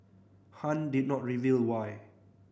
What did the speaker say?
Han did not reveal why